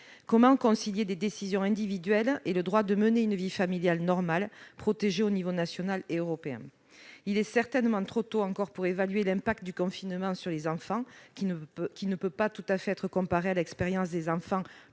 Comment concilier des décisions individuelles et le droit de mener une vie familiale normale, droit protégé à l'échelon national et européen ? Il est certainement encore trop tôt pour évaluer les effets du confinement sur les enfants, lequel ne peut pas tout à fait être comparé à l'expérience d'un